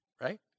Right